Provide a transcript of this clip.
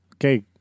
Okay